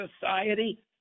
society